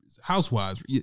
housewives